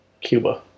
Cuba